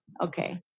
Okay